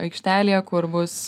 aikštelėje kur bus